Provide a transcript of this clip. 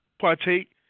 partake